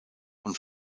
und